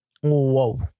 Whoa